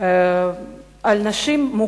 נגד נשים,